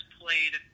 played